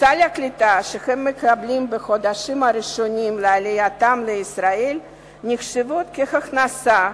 וסל הקליטה שהם מקבלים בחודשים הראשונים לעלייתם לישראל נחשבים כהכנסה,